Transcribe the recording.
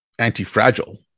anti-fragile